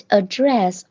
address